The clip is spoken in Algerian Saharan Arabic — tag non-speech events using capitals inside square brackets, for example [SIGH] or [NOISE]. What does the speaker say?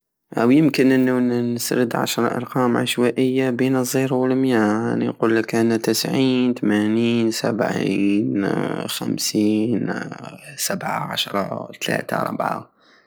يمكن ان نسرد عشرة ارقام عشوائية بين الزيرو وللميا نقلك انا تسعين تمانين سبعين [HESITATION] خمسين سبعة عشر تلاتة ربعة